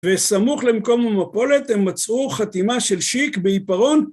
וסמוך למקום המפולת הם מצאו חתימה של שיק בעיפרון